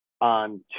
on